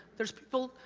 there's people,